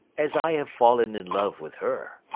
as i have fallen in love with her